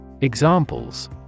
Examples